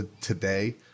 today